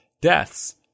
deaths